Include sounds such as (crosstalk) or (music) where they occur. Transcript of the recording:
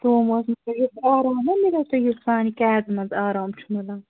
سوموٗس منٛز (unintelligible) یُتھ آرام ما مِلیٚو یُتھ سانہِ کیبہِ منٛز آرام چھُ مِلان